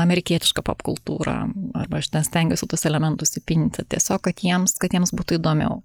amerikietišką popkultūrą arba aš ten stengiuosi tuos elementus įpinti tiesiog kad jiems kad jiems būtų įdomiau